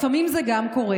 לפעמים גם זה קורה,